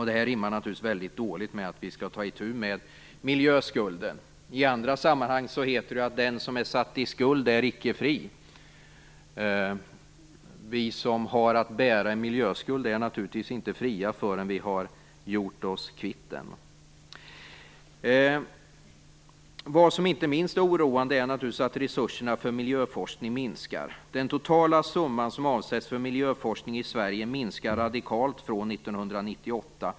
Detta rimmar naturligtvis väldigt dåligt med att vi skall ta itu med miljöskulden. I andra sammanhang heter det: Den som är satt i skuld är icke fri. Vi som har att bära en miljöskuld är naturligtvis inte fria förrän vi har gjort oss kvitt den. Vad som inte minst är oroande är att resurserna för miljöforskning minskar. Sverige minskar radikalt från 1998.